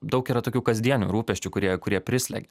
daug yra tokių kasdienių rūpesčių kurie kurie prislegia